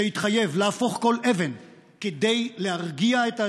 שהתחייב להפוך כל אבן כדי להרגיע את האזור,